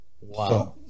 Wow